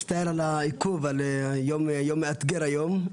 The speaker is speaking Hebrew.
מצטער על העיכוב, יום מאתגר היום.